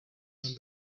muri